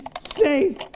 safe